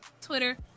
Twitter